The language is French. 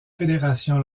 fédération